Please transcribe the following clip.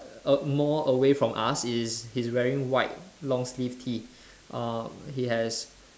err more away from us is he's wearing white long sleeve T uh he has